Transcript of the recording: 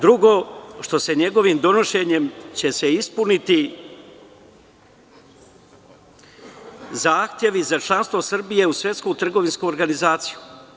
Drugo, što će se njegovim donošenjem ispuniti zahtevi za članstvo Srbije u Svetsku trgovinsku organizaciju.